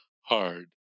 hard